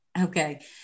Okay